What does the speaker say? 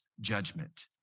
judgment